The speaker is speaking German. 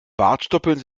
bartstoppeln